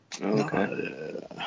Okay